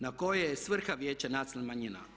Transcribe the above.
No koja je svrha Vijeća nacionalnih manjina?